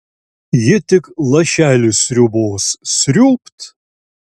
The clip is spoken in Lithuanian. ji tik lašelį sriubos sriūbt